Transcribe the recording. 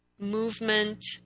movement